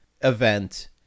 event